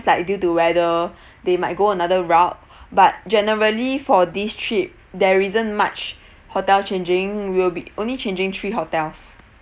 like due to weather they might go another route but generally for this trip there isn't much hotel changing we'll be only changing three hotels